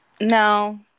No